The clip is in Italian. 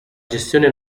gestione